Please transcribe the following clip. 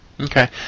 Okay